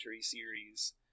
series